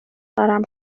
دارم